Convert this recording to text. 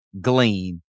glean